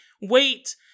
wait